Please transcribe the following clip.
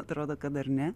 atrodo kad dar ne